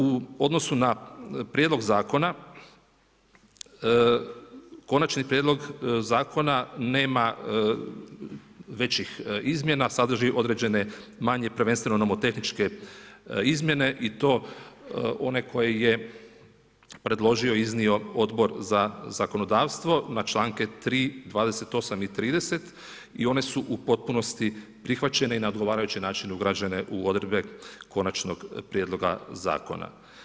U odnosu na Prijedlog zakona, Konačni prijedlog zakona nema većih izmjena, sadrži određene manje, prvenstveno nomotehničke izmjene i to one koje je predložio i iznio Odbor za zakonodavstvo na čl. 3., 28. i 30. i one su u potpunosti prihvaćene i na odgovarajući način ugrađene u odredbe konačnog Prijedloga zakona.